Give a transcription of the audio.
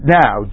now